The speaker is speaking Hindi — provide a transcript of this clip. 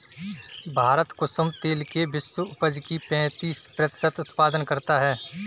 भारत कुसुम तेल के विश्व उपज का पैंतीस प्रतिशत उत्पादन करता है